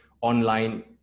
online